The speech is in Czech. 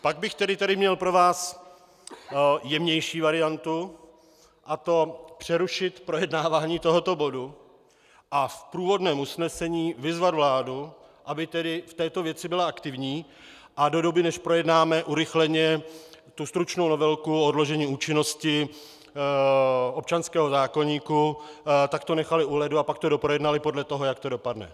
Pak bych tady měl pro vás jemnější variantu, a to přerušit projednávání tohoto bodu a v průvodním usnesení vyzvat vládu, aby v této věci byla aktivní, a do doby, než projednáme urychleně stručnou novelku o odložení účinnosti občanského zákoníku, to nechali u ledu a pak to doprojednali podle toho, jak to dopadne.